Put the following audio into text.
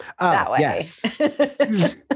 yes